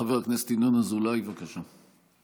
חבר הכנסת ינון אזולאי, בבקשה.